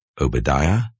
Obadiah